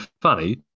funny